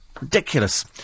Ridiculous